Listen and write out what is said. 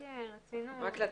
בבקשה.